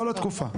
כל התקופה.